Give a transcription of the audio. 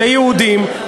ליהודים,